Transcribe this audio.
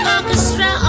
Orchestra